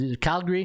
Calgary